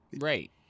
Right